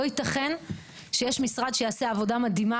לא יתכן שיש משרד שיעשה עבודה מדהימה